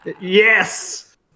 Yes